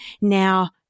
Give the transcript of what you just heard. Now